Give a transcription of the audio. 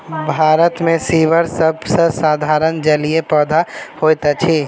भारत मे सीवर सभ सॅ साधारण जलीय पौधा होइत अछि